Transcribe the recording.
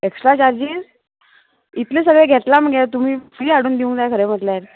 extra charges इतलें सगळें घेतलां मगे तुमी फ्री हाडून दिवंक जाय खरें म्हटल्यार